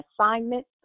assignment